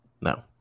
No